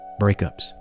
breakups